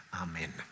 amen